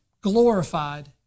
glorified